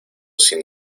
sin